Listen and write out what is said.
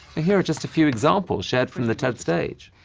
here are just a few examples shared from the ted stage.